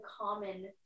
common